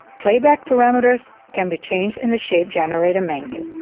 playback parameters can be changed in the shape generator menu